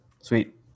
sweet